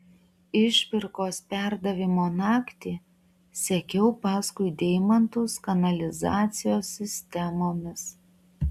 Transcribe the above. išpirkos perdavimo naktį sekiau paskui deimantus kanalizacijos sistemomis